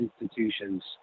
institutions